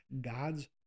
God's